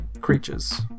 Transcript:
creatures